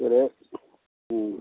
சரி ம்